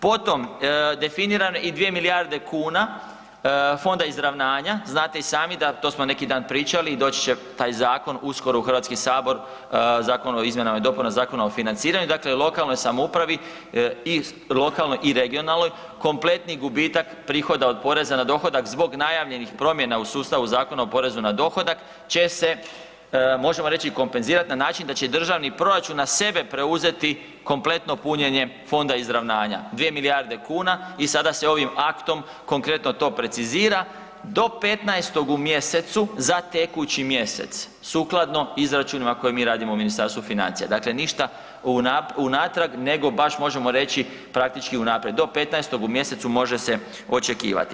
Potom, definiran i 2 milijarde kuna Fonda izravnanja, znate i sami da, to smo neki dan pričali i doći će taj zakon uskoro u HS, Zakon o izmjenama i dopunama Zakona o financiranju, dakle lokalnoj samoupravi i lokalnoj i regionalnoj, kompletni gubitak prihoda od poreza na dohodak zbog najavljenih promjena u sustavu Zakona o porezu na dohodak će se, možemo reći, kompenzirat na način da će državni proračun na sebe preuzeti kompletno punjenje Fonda izravnanja, 2 milijarde kuna i sada se ovim aktom konkretno to precizira do 15.-og u mjesecu za tekući mjesec sukladno izračunima koje mi radimo u Ministarstvu financija, dakle ništa unatrag nego baš možemo reći praktički unaprijed, do 15.-og u mjesecu može se očekivati.